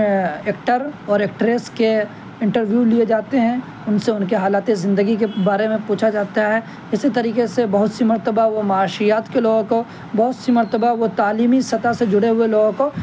actor اور actress کے interview لیے جاتے ہیں ان سے ان کے حالات زندگی کے بارے میں پوچھا جاتا ہے اسی طریقے سے بہت سی مرتبہ وہ معاشیات کے لوگوں کو بہت سی مرتبہ وہ تعلیمی سطح سے جڑے ہوئے لوگوں کو